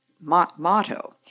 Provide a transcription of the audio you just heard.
motto